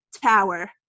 tower